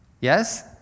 yes